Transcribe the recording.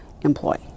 employee